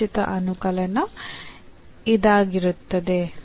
ನಿಶ್ಚಿತ ಅನುಕಲನ ಇದಾಗಿರುತ್ತದೆ